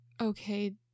Okay